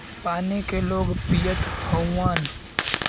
पानी के लोग पियत हउवन